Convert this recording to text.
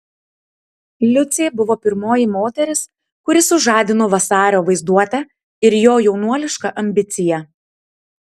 liucė buvo pirmoji moteris kuri sužadino vasario vaizduotę ir jo jaunuolišką ambiciją